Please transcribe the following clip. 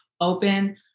open